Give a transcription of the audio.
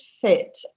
fit